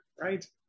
right